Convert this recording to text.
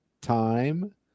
time